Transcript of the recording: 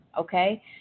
okay